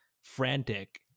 frantic